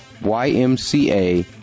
YMCA